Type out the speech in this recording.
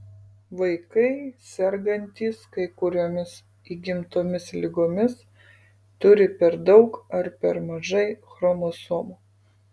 vaikai sergantys kai kuriomis įgimtomis ligomis turi per daug ar per mažai chromosomų